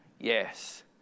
Yes